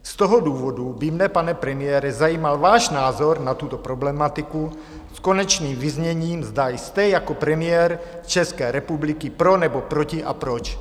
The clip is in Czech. Z toho důvodu by mne, pane premiére, zajímal váš názor na tuto problematiku s konečným vyzněním, zda jste jako premiér České republiky pro, nebo proti a proč.